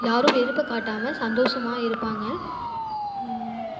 யாரும் வெறுப்பை காட்டாமல் சந்தோஷமா இருப்பாங்க